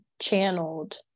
channeled